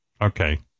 Okay